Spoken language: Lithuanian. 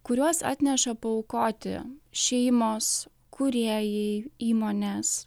kuriuos atneša paaukoti šeimos kūrėjai įmonės